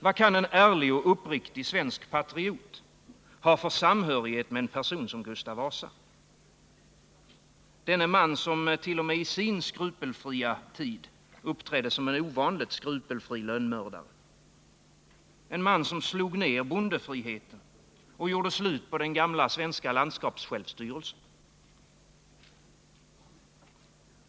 Vad kan en ärlig och uppriktig svensk patriot ha för samhörighet med en person som Gustav Vasa? Denne man, som t.o.m. i sin skrupelfria tid uppträdde som en ovanligt skrupelfri lönnmördare. En man som slog ned bondefriheten och gjorde slut på den gamla svenska landskapssjälvstyrelsen.